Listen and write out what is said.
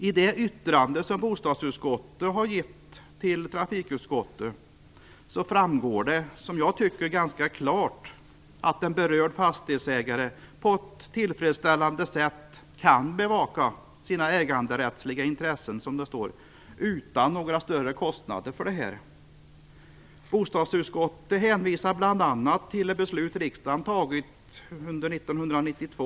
I det yttrande som bostadsutskottet har gett till trafikutskottet framgår det ganska klart, tycker jag, att en berörd fastighetsägare kan bevaka sina äganderättsliga intressen på ett tillfredsställande sätt utan några större kostnader. Bostadsutskottet hänvisar bl.a. till ett beslut som riksdagen fattat 1992.